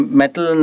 metal